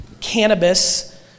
cannabis